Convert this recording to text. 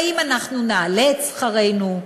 האם אנחנו נעלה את שכרנו,